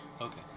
Okay